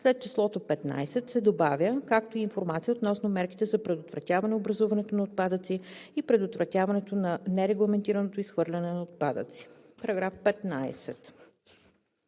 след числото „15“ се добавя „както и информация относно мерките за предотвратяване образуването на отпадъци и предотвратяването на нерегламентираното изхвърляне на отпадъци“.“